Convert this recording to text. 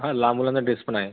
हा लहान मुलांचा ड्रेस पण आहे